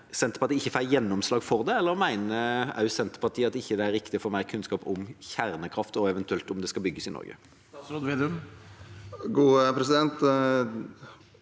Senterpartiet ikke får gjennomslag for det, eller mener Senterpartiet at det ikke er riktig å få mer kunnskap om kjernekraft og eventuelt om det skal bygges i Norge? Mort en Wold hadde